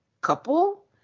couple